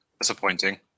disappointing